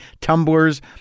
tumblers